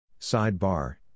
Sidebar